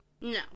No